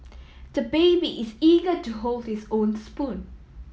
the baby is eager to hold his own spoon